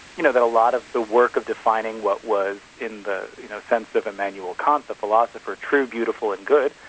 you know that a lot of the work of defining what was in the you know sense of and and immanuel ah kant the philosopher, true, beautiful and good',